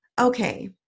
Okay